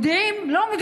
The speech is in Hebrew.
לא מודיעים.